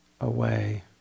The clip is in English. away